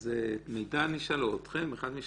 את מידן נשאל, אחד משניכם: